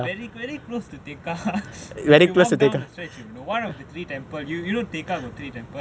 very very close to tekka if you walk down the stretch you will know one of the three temple you you know tekka got three temple